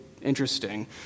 interesting